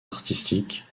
artistique